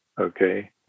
Okay